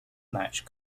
match